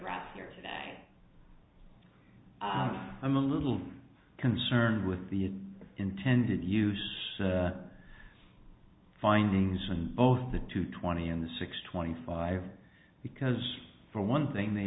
draft here today i am a little concerned with the intended use findings and both the two twenty and the six twenty five because for one thing they